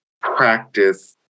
practice